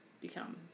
become